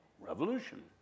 revolution